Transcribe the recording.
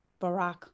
Barack